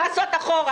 על מה אתה מדבר?